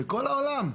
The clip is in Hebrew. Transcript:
בכל העולם.